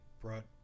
brought